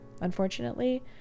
unfortunately